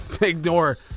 Ignore